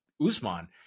Usman